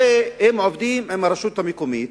הרי הם עובדים עם הרשות המקומית,